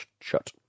shut